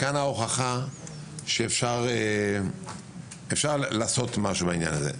מכאן ההוכחה שאפשר לעשות משהו בעניין הזה.